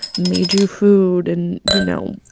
made you food and, you know,